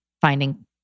finding